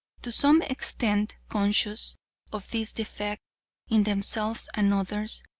to some extent conscious of this defect in themselves and others,